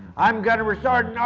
i'm gunnery sergeant r.